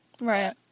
Right